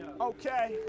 okay